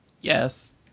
Yes